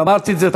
ואמרתי את זה,